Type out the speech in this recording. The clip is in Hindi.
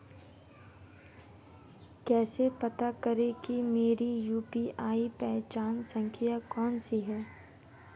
कैसे पता करें कि मेरी यू.पी.आई पहचान संख्या कौनसी है?